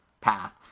path